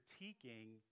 critiquing